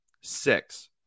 six